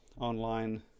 online